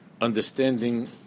understanding